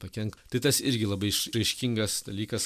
pakenkt tai tas irgi labai išraiškingas dalykas